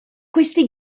questi